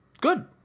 good